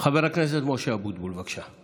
חבר הכנסת משה אבוטבול, בבקשה,